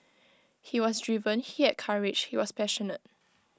he was driven he had courage he was passionate